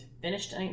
finished